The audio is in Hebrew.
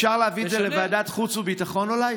אפשר להביא את זה לוועדת החוץ והביטחון אולי?